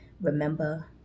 Remember